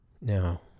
Now